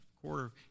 quarter